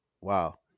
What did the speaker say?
Wow